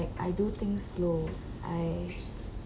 I do things slow I